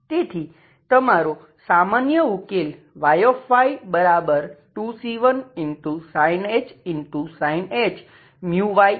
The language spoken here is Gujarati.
તેથી તમારો સામાન્ય ઉકેલ Yy2c1sinh μy છે